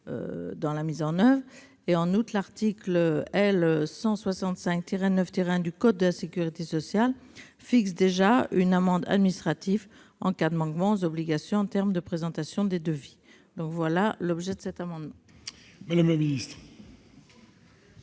dans sa mise en oeuvre. En outre, l'article L. 165-9-1 du code de la sécurité sociale fixe déjà une amende administrative en cas de manquement aux obligations relatives à la présentation des devis. Quel est l'avis du Gouvernement